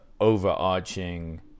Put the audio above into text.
overarching